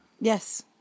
Yes